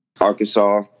Arkansas